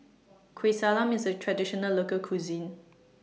Kueh Salam IS A Traditional Local Cuisine